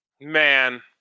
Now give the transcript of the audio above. Man